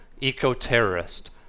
eco-terrorist